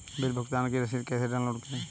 Bill भुगतान की रसीद कैसे डाउनलोड करें?